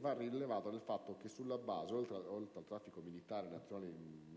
va rilevata nel fatto che su tale base, oltre al traffico militare - nazionale ed